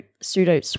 pseudo